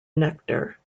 nectar